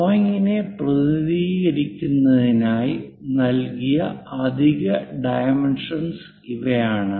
ഡ്രോയിംഗിനെ പ്രതിനിധീകരിക്കുന്നതിനായി നൽകിയ അധിക ഡൈമെൻഷന്സ് ഇവയാണ്